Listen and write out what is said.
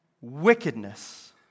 wickedness